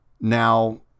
now